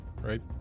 right